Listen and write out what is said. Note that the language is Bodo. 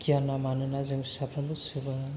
गियाना मानोना जों साफ्रोमबो सुबुं